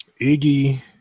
iggy